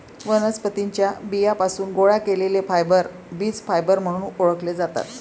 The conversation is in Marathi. वनस्पतीं च्या बियांपासून गोळा केलेले फायबर बीज फायबर म्हणून ओळखले जातात